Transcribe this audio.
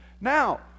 Now